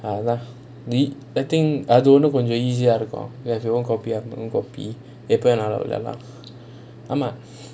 அதான்:athaan I think அது இன்னும் கொஞ்சம்:athu innum konjam easy ah இருக்கும்:irukkum if you don't copy